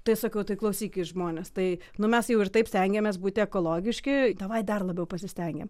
tai sakau tai klausykit žmonės tai nu mes jau ir taip stengėmės būti ekologiški davai dar labiau pasistengiam